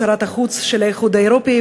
שרת החוץ של האיחוד האירופי,